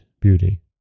beauty